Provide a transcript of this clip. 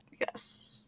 Yes